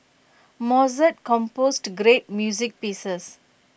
Mozart composed great music pieces